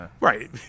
Right